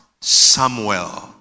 Samuel